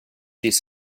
these